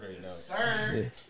sir